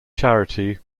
charity